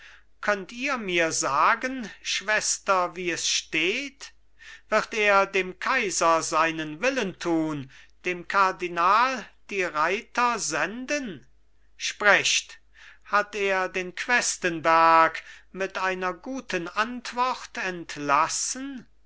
könnt ihr mir sagen schwester wie es steht wird er dem kaiser seinen willen tun dem kardinal die reiter senden sprecht hat er den questenberg mit einer guten antwort entlassen